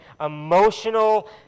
emotional